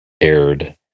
aired